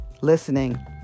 listening